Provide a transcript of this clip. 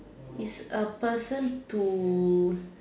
it's a person to